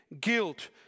guilt